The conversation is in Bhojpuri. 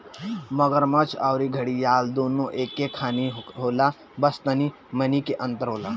मगरमच्छ अउरी घड़ियाल दूनो एके खानी होला बस तनी मनी के अंतर होला